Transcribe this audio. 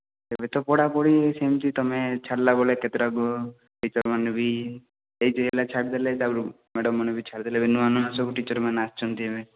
ଏବେ ତ ପଢ଼ାପଢ଼ି ସେମିତି ତୁମେ ଛାଡ଼ିଲା ବେଳେ କେତେଟା ଟିଚର୍ ମାନେ ବି ଏଜ୍ ହେଲା ଛାଡ଼ିଦେଲେ ତା'ପରେ ବି ମ୍ୟାଡ଼ାମ୍ ମାନେ ବି ଛାଡ଼ି ଦେଲେ ଏବେ ନୂଆ ନୂଆ ସବୁ ଟିଚର୍ ମାନେ ବି ସବୁ ଆସିଛନ୍ତି ଏବେ